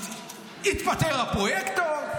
התפטר הפרויקטור,